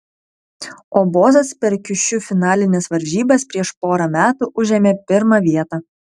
o bosas per kiušiu finalines varžybas prieš porą metų užėmė pirmą vietą